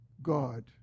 God